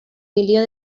milió